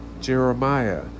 Jeremiah